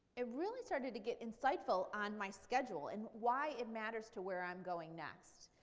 it really started to get insightful on my schedule and why it matters to where i'm going next.